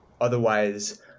otherwise